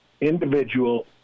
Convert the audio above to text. individual